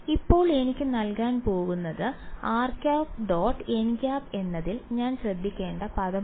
ഇപ്പോൾ എനിക്ക് നൽകാൻ പോകുന്ന rˆ · nˆ എന്നതിൽ ഞാൻ ശ്രദ്ധിക്കേണ്ട പദമാണ്